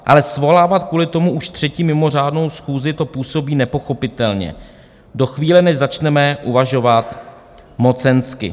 Ale svolávat kvůli tomu už třetí mimořádnou schůzi, to působí nepochopitelně do chvíle, než začneme uvažovat mocensky.